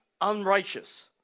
unrighteous